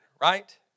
right